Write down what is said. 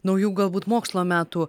naujų galbūt mokslo metų